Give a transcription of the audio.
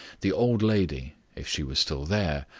the old lady, if she was still there,